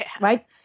right